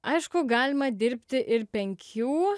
aišku galima dirbti ir penkių